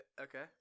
Okay